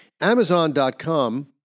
Amazon.com